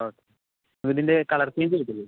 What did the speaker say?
okay ഫ്രിഡ്ജിഡിൻ്റെ colour change കിട്ടില്ലേ